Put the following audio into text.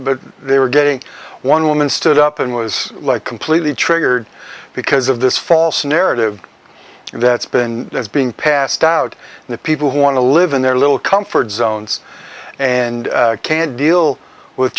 and they were getting one woman stood up and was like completely triggered because of this false narrative that's been is being passed out and the people who want to live in their little comfort zones and can't deal with